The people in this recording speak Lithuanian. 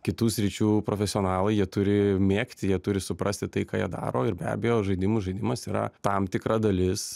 kitų sričių profesionalai jie turi mėgti jie turi suprasti tai ką jie daro ir be abejo žaidimų žaidimas yra tam tikra dalis